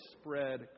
spread